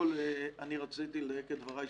אני יודע שזה משמעותי שגם אני אומר את הדברים האלה,